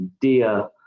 dear